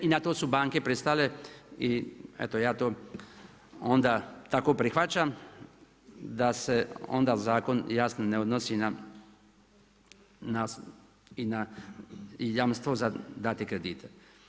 I na to su banke pristale i eto ja to onda tako prihvaćam, da se onda zakon jasno ne odnosi i na jamstvo za dati kredite.